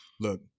Look